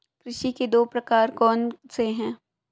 कृषि के दो प्रकार कौन से हैं?